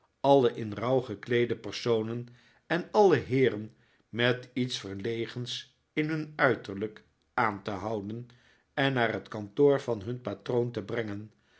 alle in rouw gekleede personen en alle heeren met iets verlegens in hun uiterlijk aan te houden en naar het kantoor van hun patroon te brengen